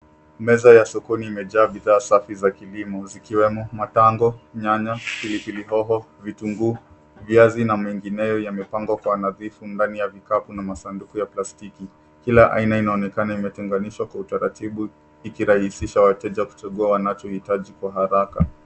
Meza ya soko imejaa mazao safi ya kilimo. Kuna matango, nyanya, pilipili hoho, vitunguu, viazi na mengineyo yaliyopangwa kwa nadhifu ndani ya vikapu na masanduku ya plastiki. Kila aina imepangwa kwa utaratibu, kurahisisha wateja kuchagua wanachohitaji kwa haraka.